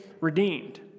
redeemed